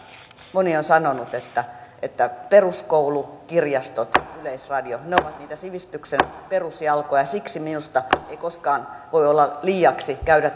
moni on sanonut että että peruskoulu kirjastot ja yleisradio ovat niitä sivistyksen perusjalkoja ja siksi minusta ei koskaan voi liiaksi käydä